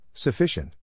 Sufficient